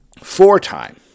four-time